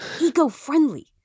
eco-friendly